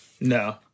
No